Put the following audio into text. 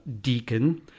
deacon